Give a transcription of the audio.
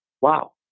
wow